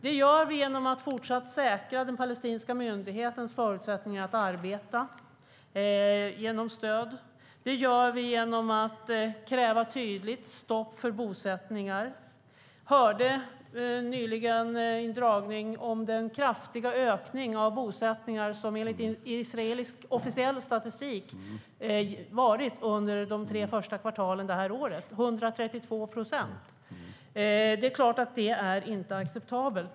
Det gör vi genom att med stöd fortsatt säkra den palestinska myndighetens förutsättningar att arbeta och genom att kräva tydligt stopp för bosättningar. Jag hörde nyligen en föredragning om den kraftiga ökningen av bosättningar som enligt officiell israelisk statistik har varit 132 procent under de tre första kvartalen det här året. Det är klart att det inte är acceptabelt.